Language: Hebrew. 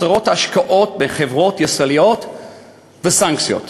הסרת השקעות בחברות ישראליות וסנקציות.